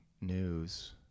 news